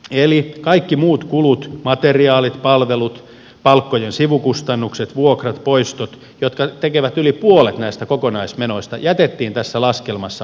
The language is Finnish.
eli kaikki muut kulut materiaalit palvelut palkkojen sivukustannukset vuokrat poistot jotka tekevät yli puolet näistä kokonaismenoista jätettiin tässä laskelmassa huomiotta